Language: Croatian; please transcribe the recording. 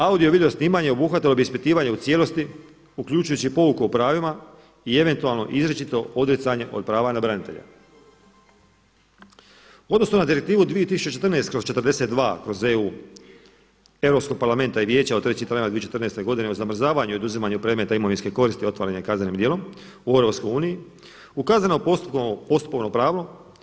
Audio i video snimanje obuhvatilo bi ispitivanje u cijelosti uključujući i pouku o pravima i eventualno izričito odricanje od prava na branitelja, odnosno na Direktivu 2014/42/EU Europskog parlamenta i Vijeća od 3.4.2014. godine o zamrzavanju i oduzimanju predmeta imovinske koristi ostvarene kaznenim djelom u EU ukazano postupovno pravno.